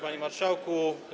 Panie Marszałku!